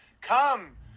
come